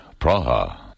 Praha